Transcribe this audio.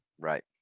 Right